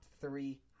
three